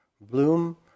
Bloom